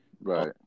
right